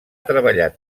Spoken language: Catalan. treballat